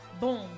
Boom